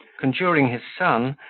conjuring his son,